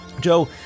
Joe